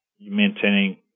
maintaining